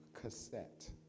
cassette